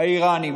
האיראנים,